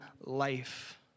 life